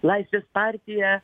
laisvės partija